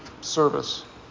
service